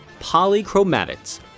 Polychromatics